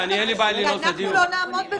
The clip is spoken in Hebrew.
אנחנו לא נעמוד בזה.